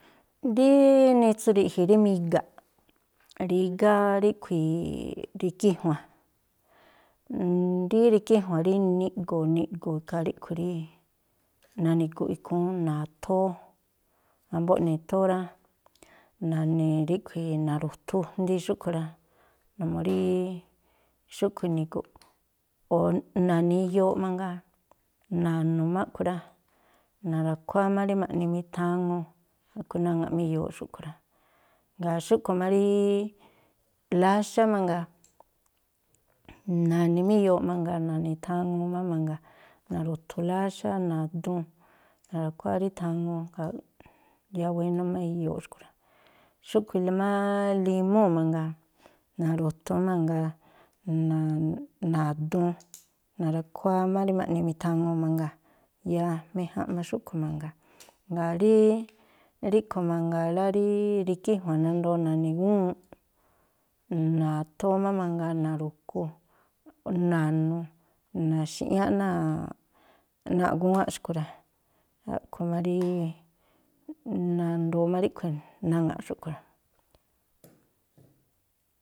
Rí nitsu ri̱ꞌji̱ rí miga̱ꞌ, rígá ríꞌkhui̱, ri̱kíjua̱n, rí rikíjua̱n rí niꞌgo̱o̱ niꞌgo̱o̱, ikhaa ríꞌkhui̱ rí nani̱gu̱ꞌ ikhúún, na̱thóó wámbó ne̱thóó rá, na̱ni̱ ríꞌkhui̱ na̱ru̱thu jndi xúꞌkhui̱ rá, numuu rí xúꞌkhui̱ ini̱gu̱. O̱ na̱ni̱ iyooꞌ mangaa, na̱nu̱ má a̱ꞌkhui̱ rá, na̱ra̱khuáá má rí ma̱ꞌni mithaŋuu, a̱ꞌkhui̱ naŋa̱ꞌ má iyooꞌ xúꞌkhui̱ rá. Jngáa̱ xúꞌkhui̱ má rí láxá mangaa, na̱ni̱ má iyooꞌ mangaa, na̱ni̱ thaŋuu má mangaa, na̱ru̱thu láxá, na̱duun, na̱ra̱khuáá rí thaŋuu ikhaa rúꞌ, yáá wénú má iyooꞌ xkui̱ rá. Xúꞌkhui̱ má limúu̱ mangaa, na̱ru̱thun má mangaa, na̱duun, na̱ra̱khuáá márí ma̱ꞌni mithaŋuu mangaa, yáá méjánꞌ má xúꞌkhui̱ mangaa. Jngáa̱ rí ríꞌkhui̱ mangaa rá rí, ri̱kíjua̱n nandoo na̱ni̱ gúwuunꞌ, na̱thóó má mangaa, na̱ru̱ku, na̱nu̱, na̱xi̱ꞌñáꞌ náa̱ꞌ náa̱ꞌ gúwánꞌ xkui̱ rá. A̱ꞌkhui̱ má rí nandoo má ríꞌkhui̱ naŋa̱ꞌ xúꞌkhui̱ rá.